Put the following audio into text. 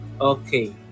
Okay